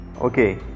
okay